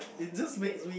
wait wait